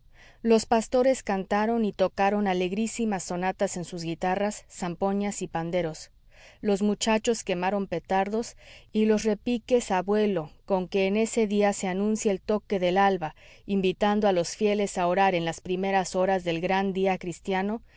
los pastores cantaron y tocaron alegrísimas sonatas en sus guitarras zampoñas y panderos los muchachos quemaron petardos y los repiques a vuelo con que en ese día se anuncia el toque del alba invitando a los fieles a orar en las primeras horas del gran día cristiano